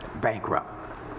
bankrupt